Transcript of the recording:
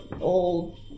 old